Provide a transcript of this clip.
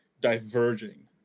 diverging